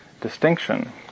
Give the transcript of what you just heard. distinction